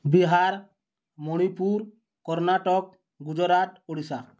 Bihar Manipur Karnataka Gujarat Odisha